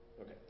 Okay